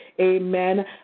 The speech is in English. amen